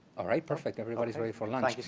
ah right, perfect. everybody's ready for lunch.